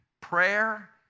Prayer